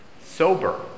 sober